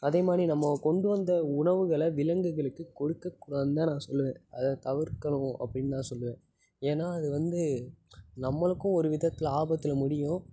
அதே மாதிரி நம்ம கொண்டு வந்த உணவுகளை விலங்குகளுக்கு கொடுக்கக் கூடாதுன்னு தான் நான் சொல்லுவேன் அதை தவிர்க்கணும் அப்படின்னு நான் சொல்லுவேன் ஏன்னா அது வந்து நம்மளுக்கும் ஒரு விதத்தில் ஆபத்தில் முடியும்